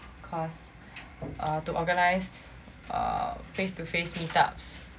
cause err to organize uh face to face meetups